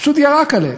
פשוט ירק עליהם: